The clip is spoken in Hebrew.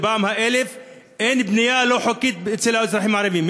בפעם האלף: אין בנייה לא חוקית אצל האזרחים הערבים,